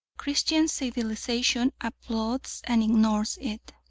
christian civilisation applauds and ignores it.